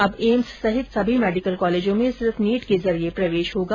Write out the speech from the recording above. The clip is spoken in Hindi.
अब एम्स सहित सभी मेडिकल कॉलेजों में सिर्फ नीट के जरिये प्रवेश होगा